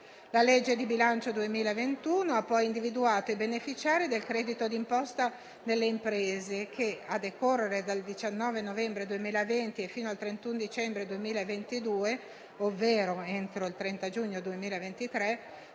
La legge di bilancio 2021 ha poi individuato i beneficiari del credito di imposta nelle imprese che, a decorrere dal 19 novembre 2020 e fino al 31 dicembre 2022, ovvero entro il 30 giugno 2023